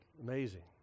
amazing